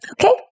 Okay